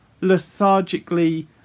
lethargically